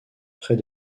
près